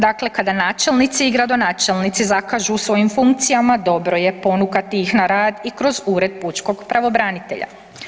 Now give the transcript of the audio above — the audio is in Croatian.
Dakle, kada načelnici i gradonačelnici zakažu u svojim funkcijama dobro je ponukati ih na rad i kroz Ured pučkog pravobranitelja.